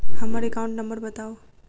हम्मर account number बताऊ?